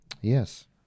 Yes